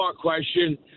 question